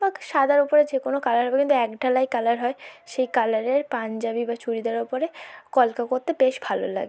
বাক্ সাদার ওপরে যে কোনো কালারগুলো কিন্তু এক ঢালাই কালার হয় সেই কালারের পাঞ্জাবি বা চুড়িদারের ওপরে কলকা করতে বেশ ভালো লাগে